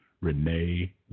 Renee